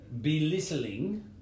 belittling